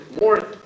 more